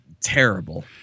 terrible